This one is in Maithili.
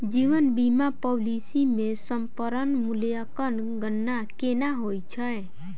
जीवन बीमा पॉलिसी मे समर्पण मूल्यक गणना केना होइत छैक?